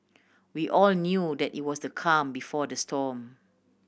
we all knew that it was the calm before the storm